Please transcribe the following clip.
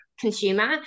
consumer